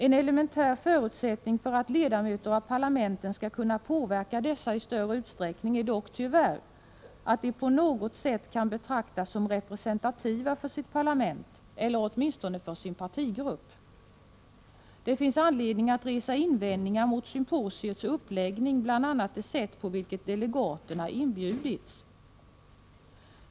En elementär förutsättning för att ledamöter av parlamenten skall kunna påverka dessa i större utsträckning är dock tyvärr att de på något sätt kan betraktas som representativa för sitt parlament eller åtminstone för sin partigrupp. Det finns anledning att resa invändningar mot symposiets uppläggning, bl.a. det sätt på vilket delegaterna inbjudits.